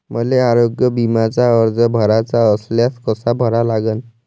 मले आरोग्य बिम्याचा अर्ज भराचा असल्यास कसा भरा लागन?